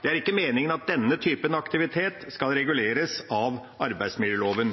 Det er ikke meningen at denne typen aktivitet skal reguleres av arbeidsmiljøloven.